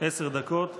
עשר דקות לרשותך,